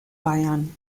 bayern